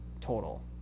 total